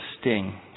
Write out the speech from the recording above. sting